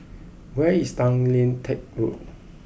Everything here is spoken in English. where is Tay Lian Teck Road